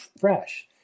fresh